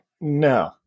no